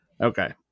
Okay